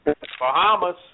Bahamas